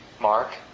Mark